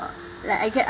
uh like I get